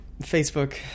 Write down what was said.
facebook